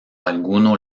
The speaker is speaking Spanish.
alguno